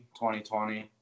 2020